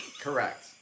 Correct